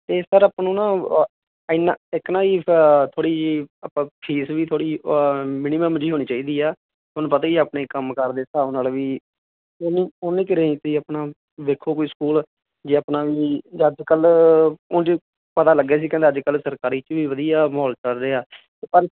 ਅਤੇ ਸਰ ਆਪਾਂ ਨੂੰ ਨਾ ਇੰਨਾਂ ਇੱਕ ਨਾ ਜੀ ਥੋੜ੍ਹੀ ਜਿਹੀ ਫੀਸ ਵੀ ਥੋੜ੍ਹੀ ਮਿਨੀਮਮ ਜਿਹੀ ਹੋਣੀ ਚਾਹੀਦੀ ਆ ਤੁਹਾਨੂੰ ਪਤਾ ਹੀ ਆਪਣੇ ਕੰਮ ਕਾਰ ਦੇ ਹਿਸਾਬ ਨਾਲ ਵੀ ਉੰਨੇ ਉੰਨੇ 'ਚ ਰੇਂਜ 'ਤੇ ਆਪਣਾ ਵੇਖੋ ਕੋਈ ਸਕੂਲ ਜੇ ਆਪਣਾ ਵੀ ਜੇ ਅੱਜ ਕੱਲ੍ਹ ਉਂਝ ਪਤਾ ਲੱਗਿਆ ਸੀ ਕਹਿੰਦੇ ਅੱਜ ਕੱਲ੍ਹ ਸਰਕਾਰੀ 'ਚ ਵੀ ਵਧੀਆ ਮਾਹੌਲ ਚੱਲ ਰਿਹਾ ਪਰ